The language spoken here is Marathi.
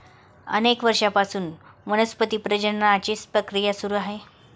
अनेक वर्षांपासून वनस्पती प्रजननाची प्रक्रिया सुरू आहे